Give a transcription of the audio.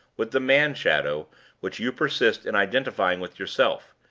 with the man-shadow which you persist in identifying with yourself.